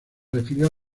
refirió